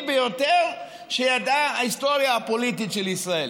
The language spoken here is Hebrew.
ביותר שידעה ההיסטוריה הפוליטית של ישראל.